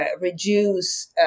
reduce